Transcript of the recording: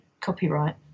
copyright